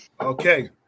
okay